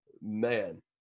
man